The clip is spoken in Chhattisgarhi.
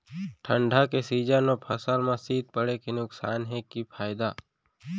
ठंडा के सीजन मा फसल मा शीत पड़े के नुकसान हे कि फायदा?